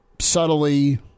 subtly